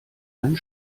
einen